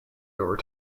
over